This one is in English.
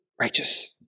righteous